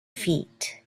feet